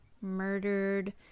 murdered